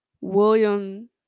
William